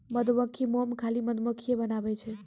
मधुमक्खी मोम खाली मधुमक्खिए बनाबै छै